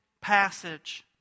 passage